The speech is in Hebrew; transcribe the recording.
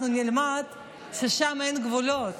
אנחנו נלמד ששם אין גבולות,